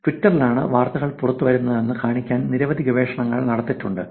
ട്വിറ്ററിലാണ് വാർത്തകൾ പുറത്തുവരുന്നതെന്ന് കാണിക്കാൻ നിരവധി ഗവേഷണങ്ങൾ നടന്നിട്ടുണ്ട്